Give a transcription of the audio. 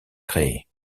créé